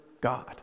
God